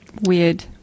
Weird